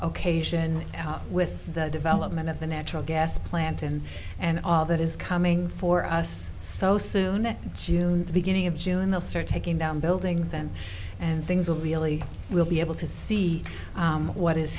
occasion with the development of the natural gas plant and and all that is coming for us so soon at june beginning of june they'll start taking down buildings then and things will really we'll be able to see what is